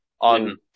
on